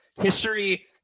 History